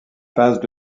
passent